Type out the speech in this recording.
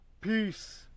Peace